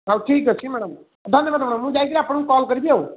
ହଉ ଠିକ୍ ଅଛି ମ୍ୟାଡ଼ାମ୍ ଧନ୍ୟବାଦ୍ ମ୍ୟାଡ଼ାମ୍ ମୁଁ ଯାଇକରି ଆପଣଙ୍କୁ କଲ୍ କରିବି ଆଉ